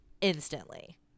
instantly